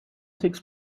six